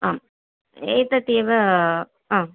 आम् एतत् एव आं